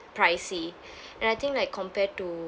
pricey and I think like compared to